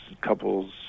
couples